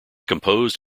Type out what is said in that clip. composed